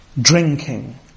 drinking